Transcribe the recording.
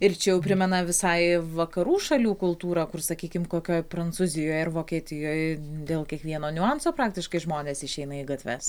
ir čia jau primena visai vakarų šalių kultūrą kur sakykime kokioj prancūzijoj ar vokietijoj dėl kiekvieno niuanso praktiškai žmonės išeina į gatves